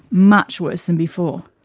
much worse than before.